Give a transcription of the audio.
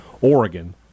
Oregon